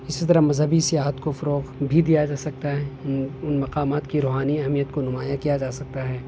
اسی طرح مذہبی سیاحت کو فروغ بھی دیا جا سکتا ہے ان مقامات کی روحانی اہمیت کو نمایاں کیا جا سکتا ہے